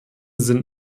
sind